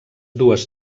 dues